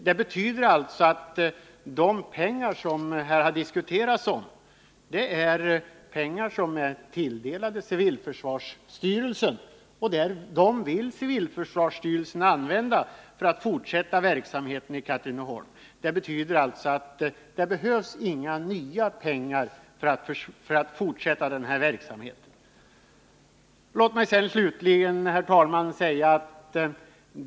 Det betyder alltså att de pengar som diskuterats är tilldelade civilförsvarsstyrelsen, och de pengarna vill civilförsvarsstyrelsen använda för att fortsätta verksamheten i Katrineholm. Det betyder att det inte behövs några nya pengar för att fortsätta den här verksamheten. Herr talman!